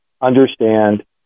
Understand